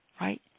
Right